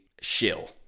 shill